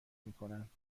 میکنند